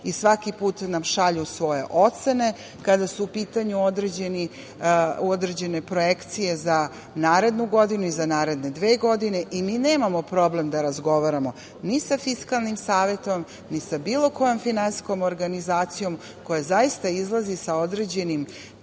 i svaki put nam šalju svoje ocene kada su u pitanju određene projekcije za narednu godinu i za naredne dve godine. Mi nemamo problem da razgovaramo ni sa Fiskalnim savetom, ni sa bilo kojom finansijskom organizacijom koja zaista izlazi sa određenim